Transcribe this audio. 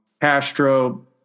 Castro